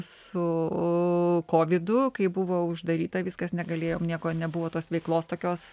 su kovidu kai buvo uždaryta viskas negalėjom nieko nebuvo tos veiklos tokios